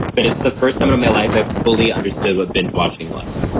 but it's the first time in my life i've fully understood what binge watching was